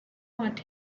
what